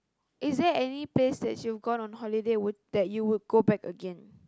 is there any place that you've gone on holiday would that you would go back again